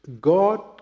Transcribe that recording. God